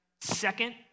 Second